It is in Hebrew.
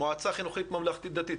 מועצה חינוכית ממלכתית דתית,